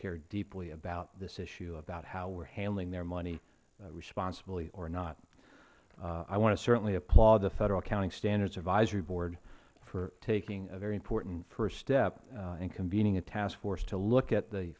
care deeply about this issue about how we are handling their money responsibly or not i want to certainly applaud the federal accounting standards advisory board for taking a very important first step in convening a task force to look at the